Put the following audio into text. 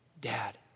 Dad